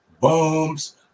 bombs